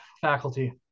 faculty